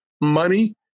money